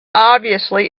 obviously